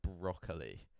broccoli